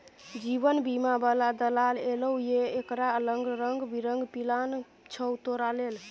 जीवन बीमा बला दलाल एलौ ये ओकरा लंग रंग बिरंग पिलान छौ तोरा लेल